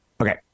Okay